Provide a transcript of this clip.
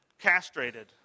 castrated